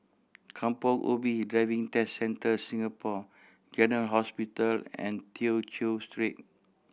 Kampong Ubi Driving Test Centre Singapore General Hospital and Tew Chew Street